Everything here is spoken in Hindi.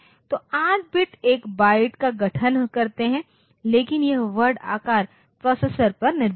तो 8 बिट एक बाइट का गठन करते हैं लेकिन यह वर्ड आकार प्रोसेसर पर निर्भर है